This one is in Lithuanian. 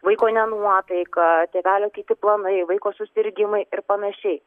vaiko nenuotaika tėvelio kiti planai vaiko susirgimai ir panašiai